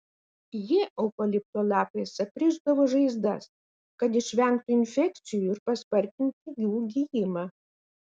jie eukalipto lapais aprišdavo žaizdas kad išvengtų infekcijų ir paspartintų jų gijimą